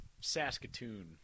Saskatoon